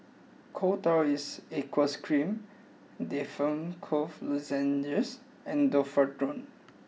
Coal Tar in Aqueous Cream Difflam Cough Lozenges and Domperidone